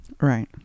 Right